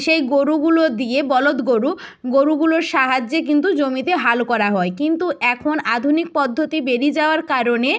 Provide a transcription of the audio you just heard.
সেই গোরুগুলো দিয়ে বলদ গোরু গোরুগুলোর সাহায্যে কিন্তু জমিতে হাল করা হয় কিন্তু এখন আধুনিক পদ্ধতি বেরিয়ে যাওয়ার কারণে